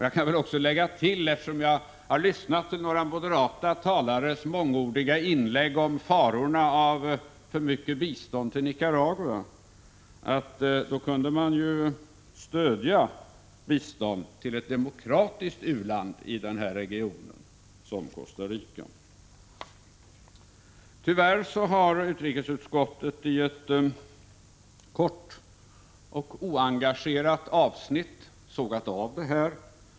Jag kan väl också lägga till — eftersom jag har lyssnat till några moderata talares mångordiga inlägg om den stora faran i för mycket bistånd till Nicaragua — att moderaterna väl kunde stödja biståndet till ett demokratiskt u-land i den här regionen, som Costa Rica. Tyvärr har utrikesutskottet i ett kort och oengagerat avsnitt sågat av förslaget.